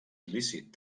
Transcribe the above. il·lícit